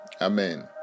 Amen